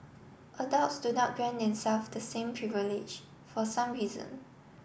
adults do not grant themselves the same privilege for some reason